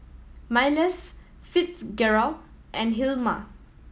Myles Fitzgerald and Hilma